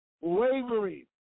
wavering